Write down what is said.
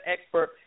expert